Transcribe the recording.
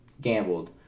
gambled